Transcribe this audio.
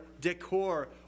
decor